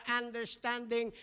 understanding